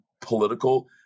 political